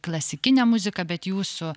klasikinę muziką bet jūsų